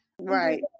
right